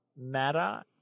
matter